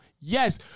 Yes